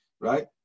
right